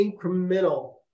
incremental